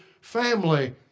family